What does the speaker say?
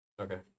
Okay